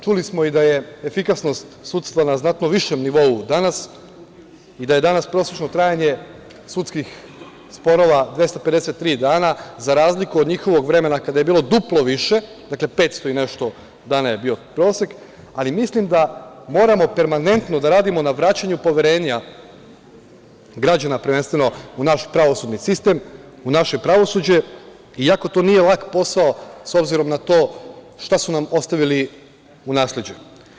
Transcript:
Čuli smo i da je efikasnost sudstva na znatno višem nivou danas i da je danas prosečno trajanje sudskih sporova 253 dana, za razliku od njihovog vremena kada je bilo duplo više, dakle, 500 i nešto dana je bio prosek, ali mislim da moramo permanentno da radimo na vraćanju poverenja građana, prvenstveno, u naš pravosudni sistem, u naše pravosuđe, iako to nije lak posao, s obzirom na to šta su nam ostavili u nasleđe.